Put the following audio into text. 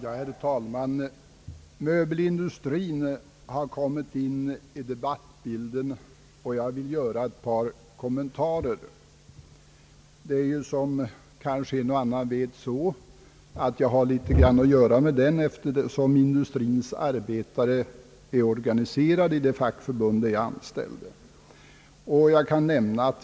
Herr talman! Möbelindustrin har kommit in i bilden, och jag vill göra ett par kommentarer. Som kanske en och annan vet har jag litet att göra med möbelindustrin, eftersom dess arbetare är organiserade i det fackförbund där jag är anställd.